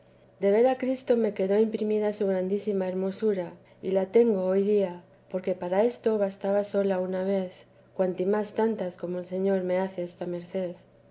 de ver a cristo me quedó imprimida su grandísima hermosura y la tengo hoy día porque para esto bastaba sola una vez cuanto más tantas como el señor me hace esta merced